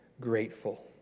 grateful